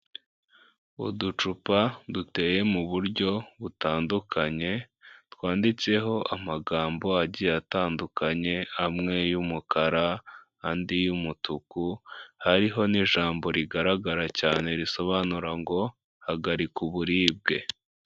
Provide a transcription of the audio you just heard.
Uducupa duteye mu buryo butandukanye, twanditseho amagambo agiye atandukanye, hamwe y'umukara, andi umutuku hariho n'ijambo rigaragara cyane risobanura ngo hagarike uburibwe.